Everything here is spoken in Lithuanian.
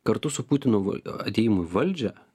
kartu su putinu atėjimu į valdžią